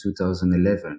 2011